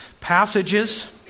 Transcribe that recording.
passages